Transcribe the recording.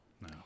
No